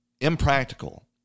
impractical